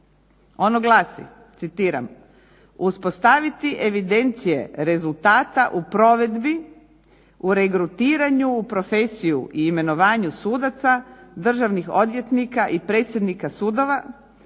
Ono glasi, citiram: "Uspostaviti evidencije rezultata u provedbi, u regrutiranju u profesiju i imenovanju sudaca, državnih odvjetnika i predsjednika sudova,